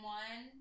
one